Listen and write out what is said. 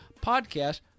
podcast